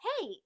Hey